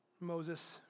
Moses